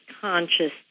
conscious